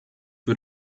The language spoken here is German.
für